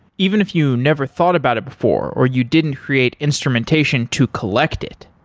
even if you never thought about it before or you didn't create instrumentation to collect it,